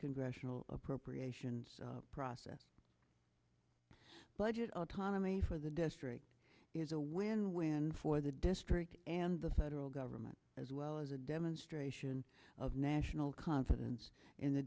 congressional appropriations process budget autonomy for the district is a win win for the district and the federal government as well as a demonstration of national confidence in the